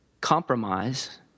compromise